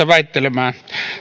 väittelemään